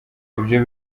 ibyo